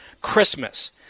Christmas –